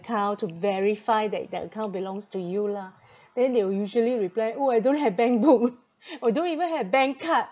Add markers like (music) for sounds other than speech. account to verify that that account belongs to you lah then they will usually reply oh I don't have bank book (laughs) or don't even have bank card